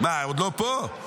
מה, עוד לא פה?